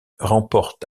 remporte